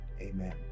amen